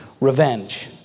revenge